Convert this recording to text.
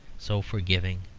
so forgiving,